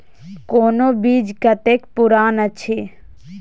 कोनो बीज कतेक पुरान अछि?